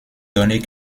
donner